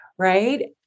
right